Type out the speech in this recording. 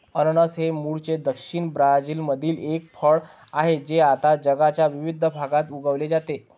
अननस हे मूळचे दक्षिण ब्राझीलमधील एक फळ आहे जे आता जगाच्या विविध भागात उगविले जाते